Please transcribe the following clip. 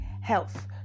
Health